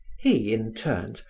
he, in turns,